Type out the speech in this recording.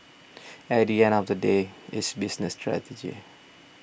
at the end of the day it's business strategy